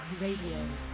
Radio